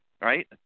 right